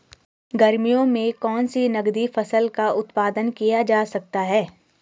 गर्मियों में कौन सी नगदी फसल का उत्पादन किया जा सकता है?